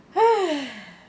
!hais!